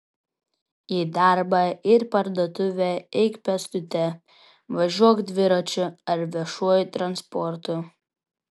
į darbą ir parduotuvę eik pėstute važiuok dviračiu ar viešuoju transportu